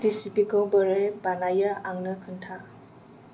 रेसिपिखौ बोरै बानायो आंनो खोन्था